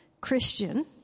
Christian